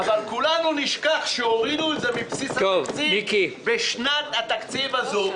אבל כולנו נשכח שהורידו את זה מבסיס התקציב בשנת התקציב הזו.